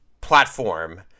platform